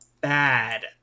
bad